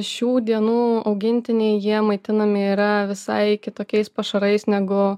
šių dienų augintiniai jie maitinami yra visai kitokiais pašarais negu